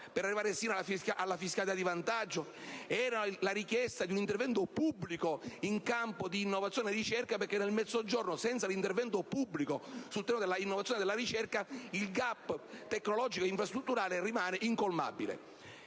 per arrivare sino alla fiscalità di vantaggio. Era la richiesta di un intervento pubblico in campo di innovazione e ricerca, perché nel Mezzogiorno, senza l'intervento pubblico su questi temi, il *gap* in campo tecnologico e infrastrutturale rimane incolmabile.